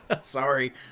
Sorry